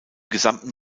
gesamten